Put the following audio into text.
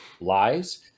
lies